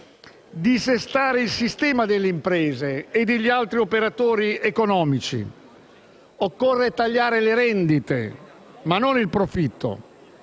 dissestare il sistema delle imprese e degli altri operatori economici. Occorre tagliare le rendite, ma non il profitto.